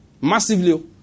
Massively